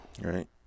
right